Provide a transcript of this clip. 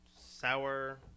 Sour